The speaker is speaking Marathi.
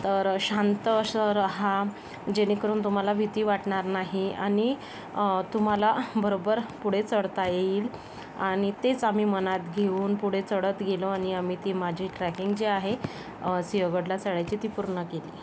शांत असं राहा जेणेकरून तुम्हाला भीती वाटणार नाही आणि तुम्हाला बरोबर पुढे चढता येईल आणि तेच आम्ही मनात घेऊन पुढे चढत गेलो आणि आम्ही ती माझी ट्रॅकिंग जी आहे सिंहगडला चढायची ती पूर्ण केली